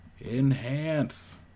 Enhance